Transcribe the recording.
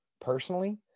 personally